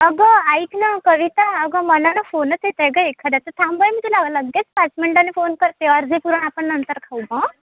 अगं ऐक ना कविता अगं मला ना फोनच येतोय ग एखाद्याचा थांब हं मी तुला लगेच पाच मिनिटांनी फोन करते अर्धे पुरण आपण नंतर खाऊ हं